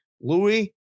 Louis